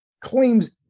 Claims